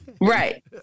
Right